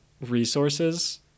resources